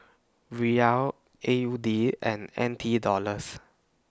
Riyal A U D and N T Dollars